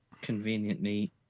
conveniently